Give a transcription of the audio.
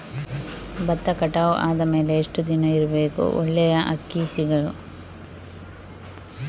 ಭತ್ತ ಕಟಾವು ಆದಮೇಲೆ ಎಷ್ಟು ದಿನ ಇಡಬೇಕು ಒಳ್ಳೆಯ ಅಕ್ಕಿ ಸಿಗಲು?